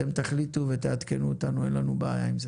אתם תחליטו ותעדכנו אותנו, אין לנו בעיה עם זה.